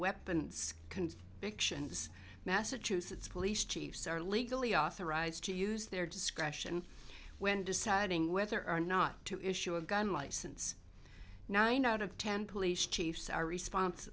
this massachusetts police chiefs are legally authorized to use their discretion when deciding whether or not to issue a gun license nine out of ten police chiefs are respons